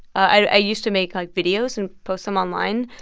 i used to make, like, videos and post them online.